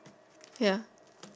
ya